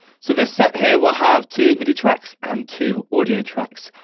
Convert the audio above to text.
so this set here will have two midi tracks, and two audio tracks,